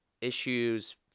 issues